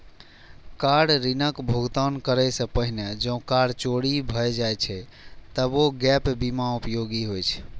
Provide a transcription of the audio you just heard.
car ऋणक भुगतान करै सं पहिने जौं कार चोरी भए जाए छै, तबो गैप बीमा उपयोगी होइ छै